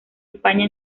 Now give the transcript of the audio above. españa